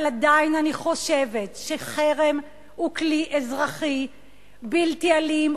אבל עדיין אני חושבת שחרם הוא כלי אזרחי בלתי אלים,